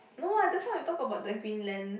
no [what] just now we talk about the Greenland